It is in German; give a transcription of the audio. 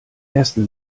ersten